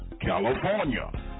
California